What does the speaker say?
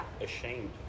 ashamed